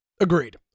Agreed